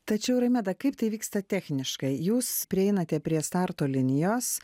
tačiau raimeda kaip tai vyksta techniškai jūs prieinate prie starto linijos